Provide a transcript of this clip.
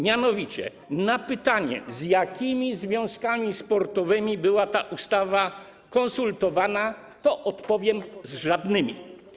Mianowicie na pytanie, z jakimi związkami sportowymi była ta ustawa konsultowana, odpowiem, że z żadnymi.